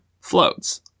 floats